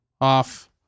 off